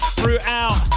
throughout